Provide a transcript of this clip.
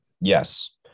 yes